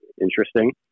interesting